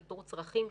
ניטור צרכים,